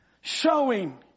showing